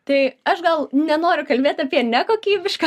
tai aš gal nenoriu kalbėt apie nekokybišką